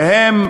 והם